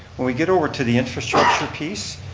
when we get over to the infrastructure piece.